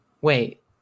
wait